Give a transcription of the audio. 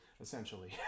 essentially